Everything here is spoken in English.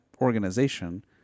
organization